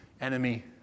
enemy